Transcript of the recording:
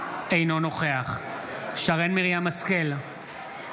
אינו נוכח שרן מרים השכל,